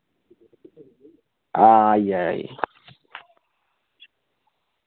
हां आई जाएओ आई